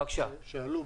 שעלו.